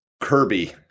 Kirby